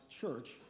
church